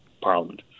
parliament